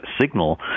signal